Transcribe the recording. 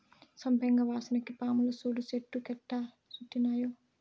సంపెంగ వాసనకి పాములు సూడు చెట్టు కెట్టా సుట్టినాయో